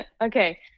Okay